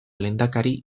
lehendakari